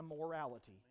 immorality